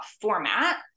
format